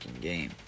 game